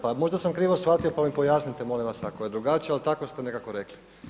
Pa možda sam krivo shvatio pa mi pojasniti molim vas ako je drugačije, ali tako ste nekako rekli.